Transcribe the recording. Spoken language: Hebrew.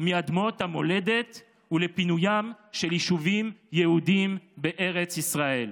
מאדמות המולדת ולפינוים של יישובים יהודיים בארץ ישראל.